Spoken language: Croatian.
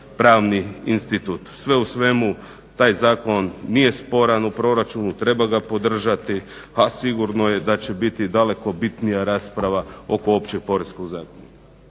pravni institut. Sve u svemu taj zakon nije sporan o proračunu, treba ga podržati, a sigurno je da će biti daleko bitnija rasprava oko Opće poreznog zakona.